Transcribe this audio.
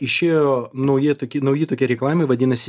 išėjo nauji toki nauji tokie reikalavimai vadinasi